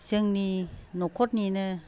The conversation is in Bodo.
जोंनि नख'रनिनो